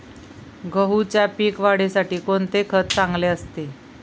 गहूच्या पीक वाढीसाठी कोणते खत चांगले असते?